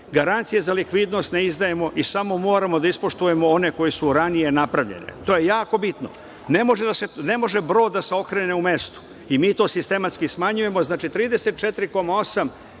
Garancije za likvidnost ne izdajemo. Samo moramo da ispoštujemo one koje su ranije napravljene. To je jako bitno. Ne može brod da se okrene u mestu. Mi to sistematski smanjujemo. Znači, 34,8